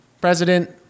president